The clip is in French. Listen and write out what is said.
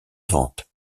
vente